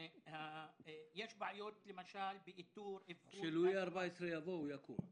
יש למשל בעיות באיתור ואבחון.